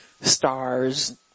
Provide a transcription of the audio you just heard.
stars